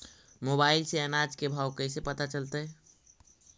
Mobile से अनाज के भाव कैसे पता चलतै?